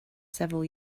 several